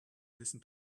listen